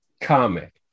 comic